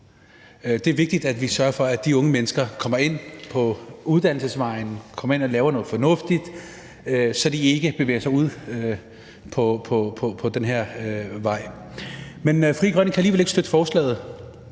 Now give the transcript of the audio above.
Det er vigtigt, at vi sørger for, at de unge mennesker kommer ind på uddannelsesvejen og kommer ind og laver noget fornuftigt, så de ikke bevæger sig ud på den her vej. Frie Grønne kan ikke støtte forslaget,